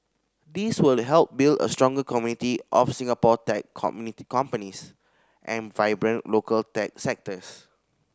this will help build a stronger community of Singapore tech companies and a vibrant local tech sectors